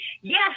Yes